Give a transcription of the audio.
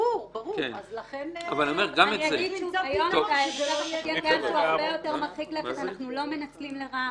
לכן צריך למצוא פתרון שלא יהיה ניצול לרעה.